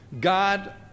God